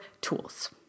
tools